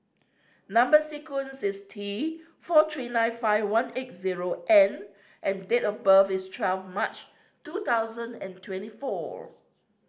number sequence is T four three nine five one eight zero N and date of birth is twelfth March two thousand and twenty four